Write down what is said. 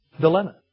dilemma